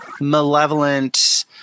malevolent